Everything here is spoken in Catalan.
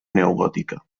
neogòtica